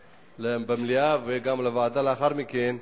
במליאה ולהכנה גם בוועדה לאחר מכן.